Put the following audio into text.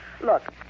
Look